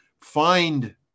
find